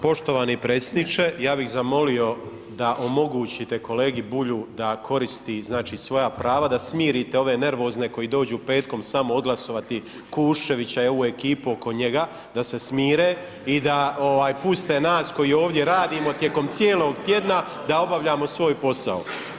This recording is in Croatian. Poštovani predsjedniče ja bih zamolio da omogućite kolegi Bulju da koristi znači svoja prava da smirite ove nervozne koji dođu petkom samo odglasovati Kuščevića i ovu ekipu oko njega, da se smire i da puste nas koji ovdje radimo tijekom cijelog tjedna da obavljamo svoj posao.